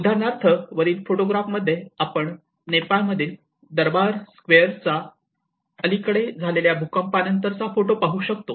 उदाहरणार्थ वरील फोटोग्राफ मध्ये आपण नेपाळमधील दरबार स्क्वेअर चा अलीकडे झालेल्या भूकंपानंतर चा फोटो पाहू शकतो